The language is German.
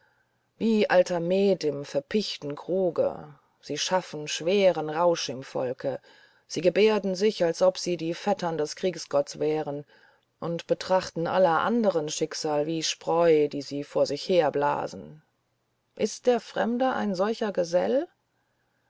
wie alter met im verpichten kruge sie schaffen schweren rausch im volke sie gebärden sich als ob sie die vettern des kriegsgotts wären und betrachten aller anderen schicksal wie spreu die sie vor sich her blasen ist der fremde ein solcher gesell